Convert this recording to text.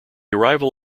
arrival